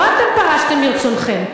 לא אתם פרשתם מרצונכם.